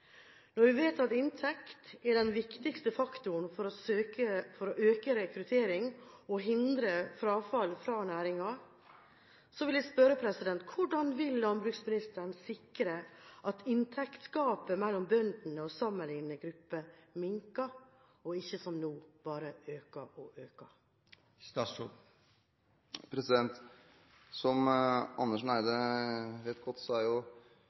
Når vi vet at inntekt er den viktigste faktoren for å øke rekruttering og hindre frafall fra næringen, vil jeg spørre: Hvordan vil landbruksministeren sikre at inntektsgapet mellom bøndene og sammenlignbare grupper minker, og ikke – som nå – bare øker og øker? Som representanten Andersen Eide vet godt, er bønder selvstendig næringsdrivende. Det man gjør gjennom jordbruksavtaleinstituttet, er